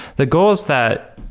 the goal is that